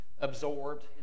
Absorbed